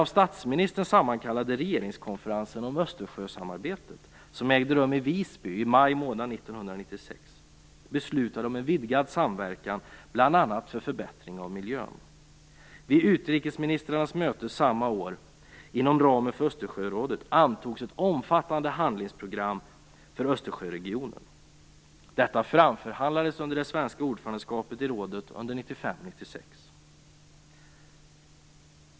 Visby i maj 1996 beslutade om en vidgad samverkan bl.a. för förbättring av miljön. Vid utrikesministrarnas möte samma år inom ramen för Östersjörådet antogs ett omfattande handlingsprogram för Östersjöregionen. Detta framförhandlades under det svenska ordförandeskapet i rådet 1995/96.